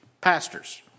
pastors